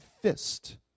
fist